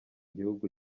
gihugu